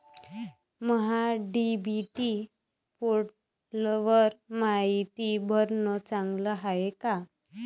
महा DBT पोर्टलवर मायती भरनं चांगलं हाये का?